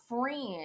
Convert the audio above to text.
friend